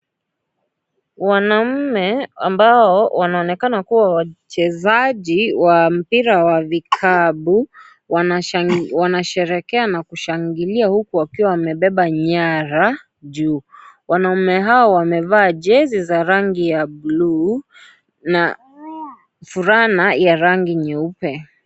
Wanaume ambao wanaonekana kuwa wachezaji wa mpira wa vikapu, wanasherekea na kushangilia huku wakiwa wamebeba nyara juu, wanaume hao wamevaa jezi za rangi ya bluu na vulana ya rangi nyeupe.